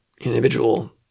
individual